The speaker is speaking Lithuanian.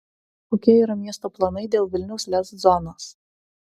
kokie yra miesto planai dėl vilniaus lez zonos